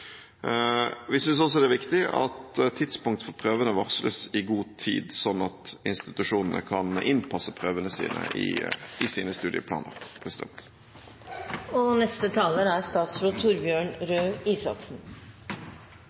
Vi synes også det er viktig at tidspunkt for prøvene varsles i god tid, sånn at institusjonene kan innpasse prøvene i sine studieplaner. I Prop. 81 L for 2015–2016 fremmer regjeringen forslag om endringer i universitets- og